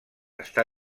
està